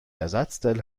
ersatzteil